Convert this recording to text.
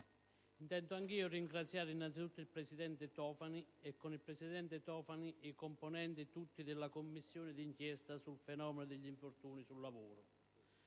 intendo anch'io ringraziare innanzitutto il presidente Tofani e i componenti tutti della Commissione di inchiesta sul fenomeno degli infortuni sul lavoro